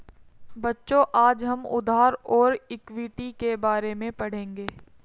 बच्चों आज हम उधार और इक्विटी के बारे में पढ़ेंगे